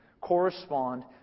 correspond